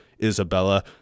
Isabella